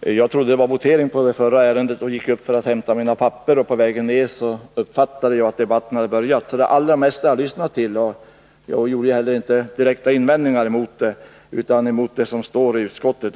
Jag trodde att det var votering på det förra ärendet och gick upp för att hämta mina papper. På vägen ned uppfattade jag att den här debatten hade börjat. Det allra mesta har jag alltså lyssnat till, och jag gjorde heller inte några direkta invändningar mot det som sades. Jag har i stället vänt mig mot det som står i utskottets betänkande.